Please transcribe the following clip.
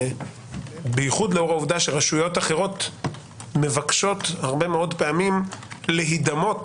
בייחוד לאור העובדה שרשויות אחרות מבקשות הרבה מאוד פעמים להידמות